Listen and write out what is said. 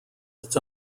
its